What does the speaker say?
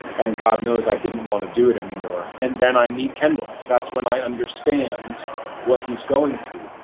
and god knows i didn't wanna do it anymore. and then i meet kendall. that's when i understand what he's going through.